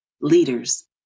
leaders